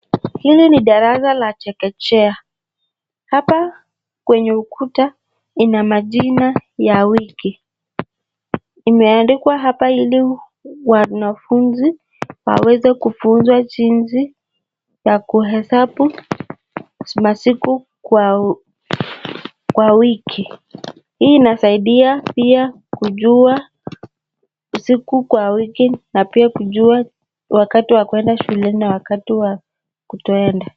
Hili ni darasa la chekechea, hapa kwenye ukuta ina majina ya wiki, imeandikwa hapa ili wanafunzi waweze kufunzwa jinsi ya kuhesabu masiku kwa wiki. Hii inasaidia pia kujua siku za wiki na pia kujua wakati wa kuenda shuleni na wakati wa kutoenda.